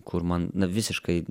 kur man na visiškai